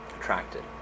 attracted